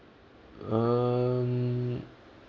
um